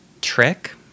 Trick